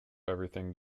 everything